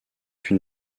une